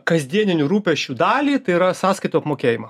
kasdieninių rūpesčių dalį tai yra sąskaitų apmokėjimą